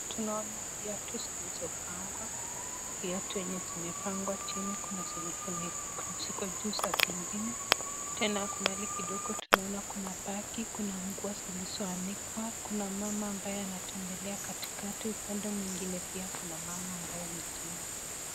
Tunaona viatu zilizopangwa. Viatu zimepangwa chini kuna zenye ziko juu ya ingine. Tena mbali kidogo tunaona kuna bagi, kuna nguo zilizo anikwa kuna mama ambaye anatembelea katikati upande mwingine pia kuna mama ambaye anatembea